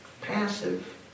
passive